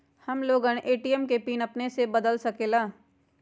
हम लोगन ए.टी.एम के पिन अपने से बदल सकेला?